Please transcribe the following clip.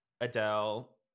Adele